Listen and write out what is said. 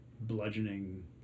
bludgeoning